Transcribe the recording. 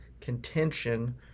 contention